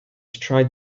tried